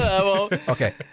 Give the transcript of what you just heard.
Okay